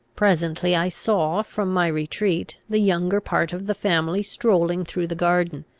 presently i saw, from my retreat, the younger part of the family strolling through the garden,